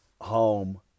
home